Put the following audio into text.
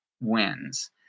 wins